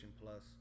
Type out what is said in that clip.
Plus